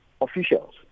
officials